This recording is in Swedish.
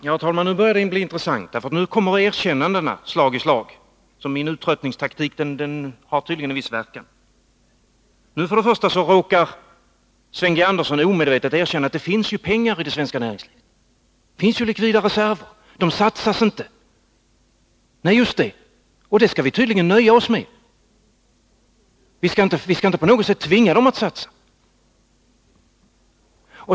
Herr talman! Nu börjar det bli intressant, för nu kommer erkännandena slag i slag. Min uttröttningstaktik har tydligen en viss verkan. Först råkar Sven Andersson omedvetet erkänna att det finns pengar i det svenska näringslivet. Det finns likvida reserver, men de satsas inte. Nej, just det! Och det skall vi tydligen nöja oss med. Vi skall inte på något sätt tvinga dem att satsa.